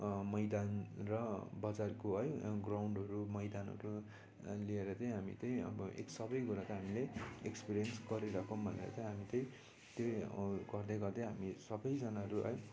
मैदान र बजारको है ग्राउन्डहरू मैदानहरू लिएर त हामी त अब एक सब गएर हामीले एक्सपिरियन्स गरिराखौँ भनेर त हामी त त्यही गर्दै गर्दै हामी सबजनाहरू है